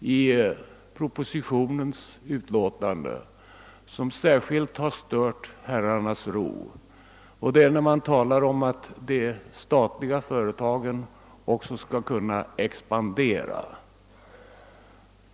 i propositionen som särskilt har stört herrarnas ro, nämligen det avsnitt där man talar om att de statliga företagen också skall kunna expandera.